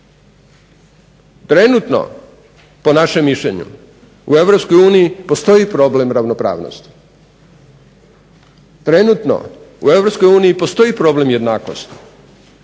Trenutno po našem mišljenju u Europskoj uniji postoji problem ravnopravnosti. Trenutno u Europskoj uniji postoji problem jednakosti